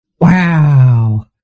Wow